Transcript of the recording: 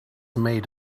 made